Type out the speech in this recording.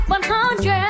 100